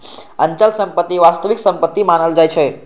अचल संपत्ति वास्तविक संपत्ति मानल जाइ छै